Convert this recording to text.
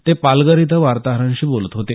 ते पालघर इथं वार्ताहरांशी बोलत होते